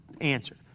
answer